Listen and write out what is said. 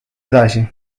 edasi